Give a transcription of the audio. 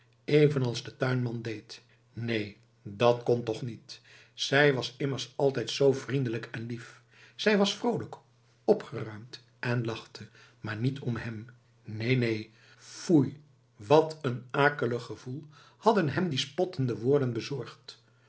evenals de tuinman deed neen dat kon toch niet zij was immers altijd zoo vriendelijk en lief zij was vroolijk opgeruimd en lachte maar niet om hem neen neen foei wat een akelig gevoel hadden hem die spottende woorden bezorgd